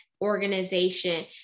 organization